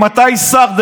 ממתי שר,